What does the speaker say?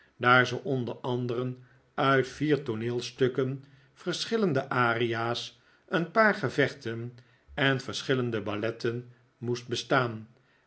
daar ze onder anderen uit vier tooneelstukken verschillende aria's een paar gevechten en verschillende balletten moest bestaan